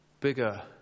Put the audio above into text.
bigger